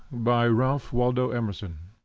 by ralph waldo emerson